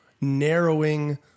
narrowing